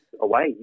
away